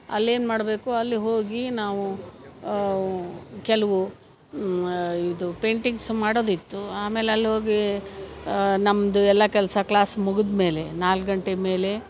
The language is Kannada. ಅಲ್ಲೇನು ಮಾಡಬೇಕು ಅಲ್ಲಿ ಹೋಗಿ ನಾವು ಕೆಲವು ಇದು ಪೇಂಟಿಂಗ್ಸ್ ಮಾಡೋದಿತ್ತು ಆಮೇಲೆ ಅಲ್ಲಿ ಹೋಗಿ ನಮ್ದು ಎಲ್ಲ ಕೆಲಸ ಕ್ಲಾಸ್ ಮುಗಿದ್ಮೇಲೆ ನಾಲ್ಕು ಗಂಟೆ ಮೇಲೆ